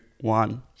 one